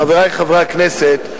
חברי חברי הכנסת,